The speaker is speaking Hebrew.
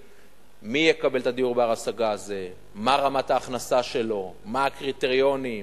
לדיור בר-השגה בקרקע פרטית או בקרקע מדינה,